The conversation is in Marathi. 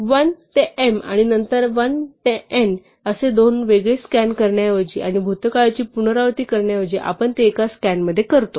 1 ते m आणि नंतर 1 ते n असे दोन वेगळे स्कॅन करण्याऐवजी आणि भूतकाळाची पुनरावृत्ती करण्याऐवजी आपण ते एका स्कॅनमध्ये करतो